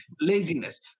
laziness